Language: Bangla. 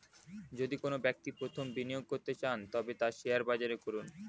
যদি কোনো ব্যক্তি প্রথম বিনিয়োগ করতে চান তবে তা শেয়ার বাজারে করুন